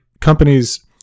companies